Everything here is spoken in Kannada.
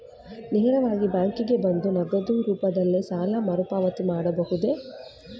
ನೇರವಾಗಿ ಬ್ಯಾಂಕಿಗೆ ಬಂದು ನಗದು ರೂಪದಲ್ಲೇ ಸಾಲ ಮರುಪಾವತಿಸಬಹುದೇ?